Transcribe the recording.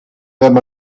them